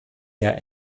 der